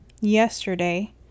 yesterday